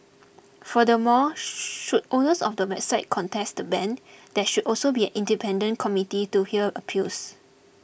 furthermore should owners of the website contest the ban there should also be an independent committee to hear appeals